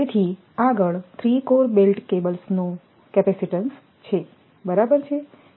તેથી આગળ 3 core belted કેબલ્સનો કેપેસિટીન્સ છે બરાબર